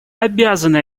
обязаны